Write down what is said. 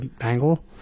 angle